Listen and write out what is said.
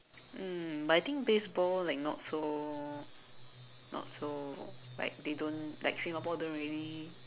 um but I think baseball like not so not so like they don't like Singapore don't really